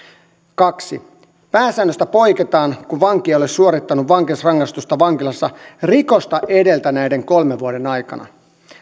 kaksi pääsäännöstä poiketaan kun vanki ei ole suorittanut vankeusrangaistusta vankilassa rikosta edeltäneiden kolmen vuoden aikana